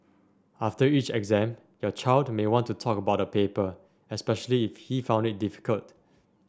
after each exam your child may want to talk about the paper especially if he found it difficult